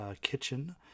kitchen